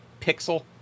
Pixel